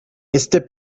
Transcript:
este